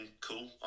cool